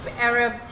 Arab